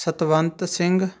Satwant Singh